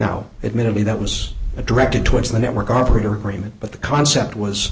now it may be that was directed towards the network operator rayment but the concept was